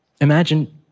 Imagine